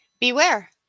beware